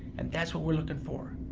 and that's what we're looking for.